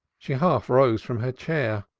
she half rose from her chair.